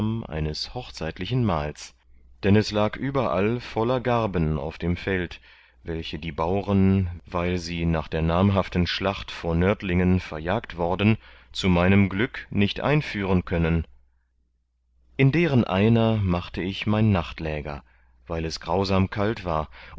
eines hochzeitlichen mahls dann es lag überall voller garben auf dem feld welche die bauren weil sie nach der namhaften schlacht vor nördlingen verjagt worden zu meinem glück nicht einführen können in deren einer machte ich mein nachtläger weil es grausam kalt war